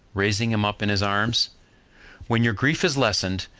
raising him up in his arms when your grief is lessened,